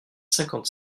cinquante